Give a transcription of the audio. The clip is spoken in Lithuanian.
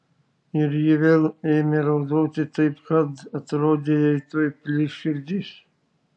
ir ji vėl ėmė raudoti taip kad atrodė jai tuoj plyš širdis